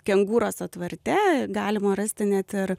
kengūros atvarte galima rasti net ir